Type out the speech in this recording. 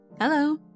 Hello